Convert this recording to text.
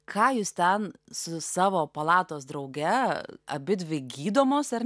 ką jūs ten su savo palatos drauge abidvi gydomos ar